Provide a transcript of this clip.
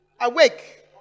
awake